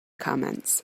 comments